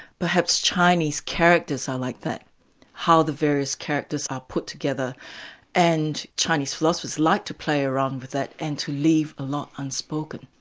perhaps chinese characters are like that how the various characters are put together and chinese philosophers like to play around with that, and to leave a lot unspoken.